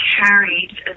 carried